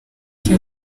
kandi